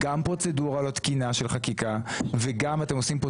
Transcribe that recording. גם פרוצדורה לא תקינה של חקיקה וגם אתם עושים כאן